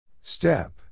Step